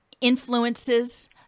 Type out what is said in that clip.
influences